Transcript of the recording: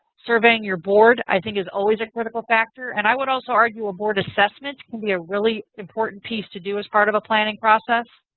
surveying your board i think is always a critical factor. and i would also argue a board assessment can be a really important piece to do as part of a planning process.